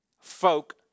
Folk